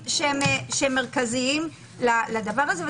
אלה שיקולים שהם מרכזיים לדבר זה.